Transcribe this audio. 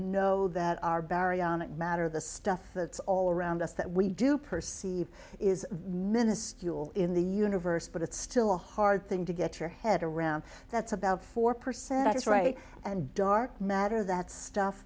know that our baryonic matter the stuff that's all around us that we do perceive is minuscule in the universe but it's still a hard thing to get your head around that's about four percent that is right and dark matter that stuff